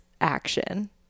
action